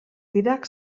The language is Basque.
dira